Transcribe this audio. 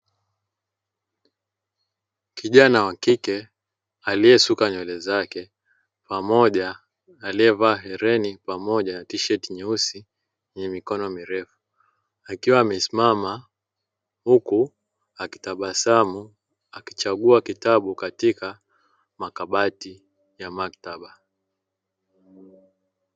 Kijana wa kike aliyesuka nywele zake pamoja, aliyevaa hereni pamoja tisheti nyeusi yenye mikono mirefu akiwa amesimama huku akitabasamu, akichagua kitabu ndani ya makabati ya maktaba.